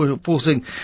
forcing